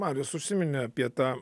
marijus užsiminė apie tą